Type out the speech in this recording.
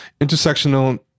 intersectional